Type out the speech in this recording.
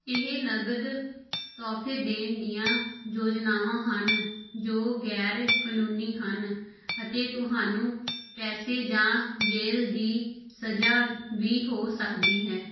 ਇਹ ਨਕਦ ਤੋਹਫ਼ੇ ਦੇਣ ਦੀਆਂ ਯੋਜਨਾਵਾਂ ਹਨ ਜੋ ਗੈਰ ਕਾਨੂੰਨੀ ਹਨ ਅਤੇ ਤੁਹਾਨੂੰ ਪੈਸੇ ਜਾਂ ਜੇਲ੍ਹ ਦੀ ਸਜ਼ਾ ਵੀ ਹੋ ਸਕਦੀ ਹੈ